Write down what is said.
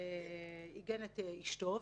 כמי שעיגן את אשתו.